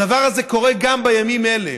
הדבר הזה קורה גם בימים אלה.